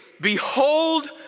Behold